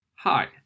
Hi